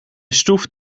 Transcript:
stoeft